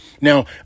now